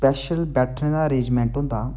special बैठने दा arrangement होंदा